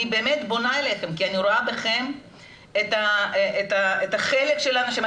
אני באמת פונה אליכם כי אני רואה בכם את החלק של האנשים,